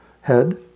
head